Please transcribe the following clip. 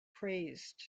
praised